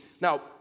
Now